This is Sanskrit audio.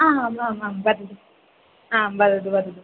आ आम् आम् वदतु आं वदतु वदतु